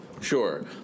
Sure